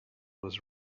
was